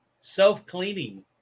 Self-cleaning